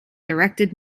directed